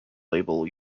label